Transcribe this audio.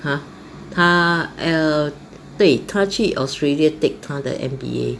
!huh! 他 err 对他去 australia take 他的 M_B_A